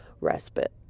respite